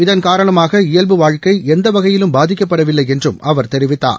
இதன் காரணமாக இயல்பு வாழ்க்கை எந்த வகையிலும் பாதிக்கப்படவில்லை என்றும் அவர் தெரிவித்தார்